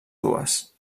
dues